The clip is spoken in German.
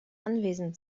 anwesend